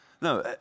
No